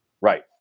Right